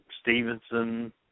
Stevenson